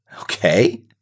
okay